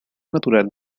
natural